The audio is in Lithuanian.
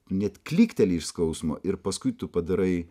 net klykteli iš skausmo ir paskui tu padarai